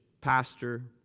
pastor